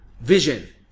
Vision